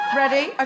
ready